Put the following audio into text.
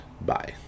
bye